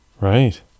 Right